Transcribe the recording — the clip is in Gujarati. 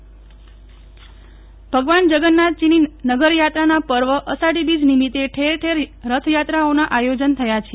નેહ્લ ઠક્કર રથયાત્રા ભગવાન જગન્નાથજીની નગરયાત્રાના પર્વ અષાઢી બીજ નિમિત્તે ઠેર ઠેર રથયાત્રાઓનાં આયોજન થયાં છે